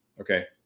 Okay